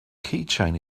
keychain